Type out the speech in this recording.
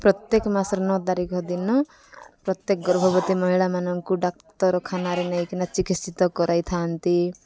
ପ୍ରତ୍ୟେକ ମାସରେ ନଅ ତାରିଖ ଦିନ ପ୍ରତ୍ୟେକ ଗର୍ଭବତୀ ମହିଳାମାନଙ୍କୁ ଡାକ୍ତରଖାନାରେ ନେଇକିନା ଚିକିତ୍ସିତ କରାଇଥାନ୍ତି